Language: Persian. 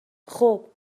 خوب